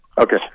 Okay